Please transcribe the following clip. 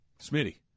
Smitty